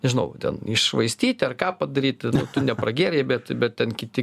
nežinau ten iššvaistyti ar ką padaryti tu nepragėrei bet bet ten kiti